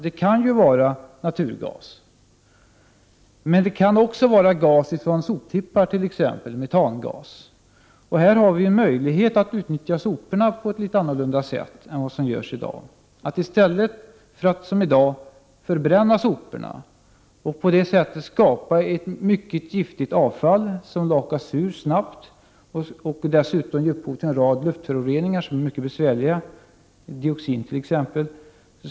Det kan vara naturgas, men det kan också vara gas från soptippar, t.ex. metangas. Vi har här en möjlighet att utnyttja soporna på ett litet annorlunda sätt än vad vi gör i dag. I dag förbränner vi soporna och får ett mycket giftigt avfall. Avfallet lakas snabbt ur och ger dessutom upphov till en rad luftföroreningar som är mycket besvärliga, t.ex. dioxin.